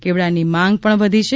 કેવડાની માંગ પણ વધી છે